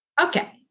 Okay